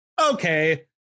okay